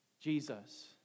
Jesus